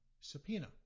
subpoena